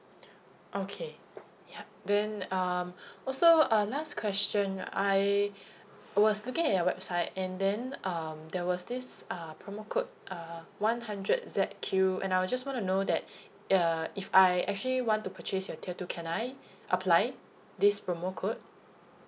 okay yup then um also uh last question I was looking at your website and then um there was this uh promo code uh one hundred Z Q and I just want to know that uh if I actually want to purchase your tier two can I apply this promo code